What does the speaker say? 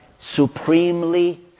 supremely